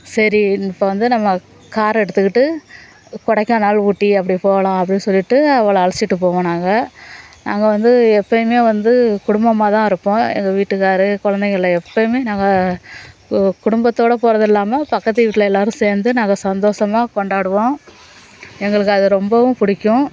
சேரி இப்போ வந்து நம்ம கார் எடுத்துக்கிட்டு கொடைக்கானல் ஊட்டி அப்படி போகலாம் அப்படினு சொல்லிவிட்டு அவளை அழைச்சிட்டு போவோம் நாங்கள் நாங்கள் வந்து எப்போயுமே வந்து குடும்பமாக தான் இருப்போம் எங்கள் வீட்டுகார் குழந்தைங்கள எப்போயுமே நாங்கள் கு குடும்பத்தோட போகறதில்லாம பக்கத்து வீட்டில் எல்லாரும் சேர்ந்து நாங்கள் சந்தோசமாக கொண்டாடுவோம் எங்களுக்கு அது ரொம்பவும் பிடிக்கும்